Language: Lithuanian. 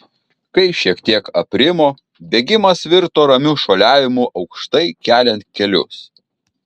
kai šiek tiek aprimo bėgimas virto ramiu šuoliavimu aukštai keliant kelius